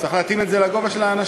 צריך להתאים את זה לגובה של האנשים.